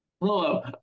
Hello